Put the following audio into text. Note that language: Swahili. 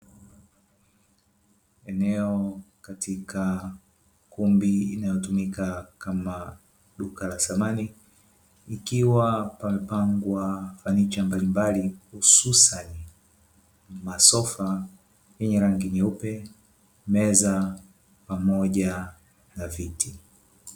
Eneo katika kumbi inayotumika kama duka la samani, likiwa pamepangwa fanicha mbalimbali hususani masofa yenye rangi nyeupe, meza pamoja na viti.